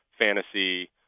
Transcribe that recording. fantasy